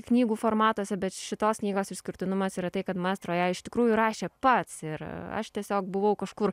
knygų formatuose bet šitos knygos išskirtinumas yra tai kad maestro ją iš tikrųjų rašė pats ir aš tiesiog buvau kažkur